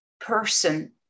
person